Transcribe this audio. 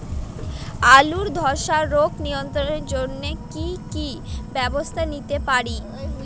আলুর ধ্বসা রোগ নিয়ন্ত্রণের জন্য কি কি ব্যবস্থা নিতে পারি?